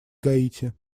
гаити